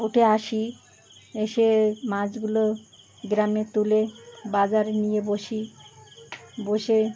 উঠে আসি এসে মাছগুলো গ্রামে তুলে বাজারে নিয়ে বসি বসে